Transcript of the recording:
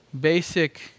Basic